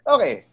Okay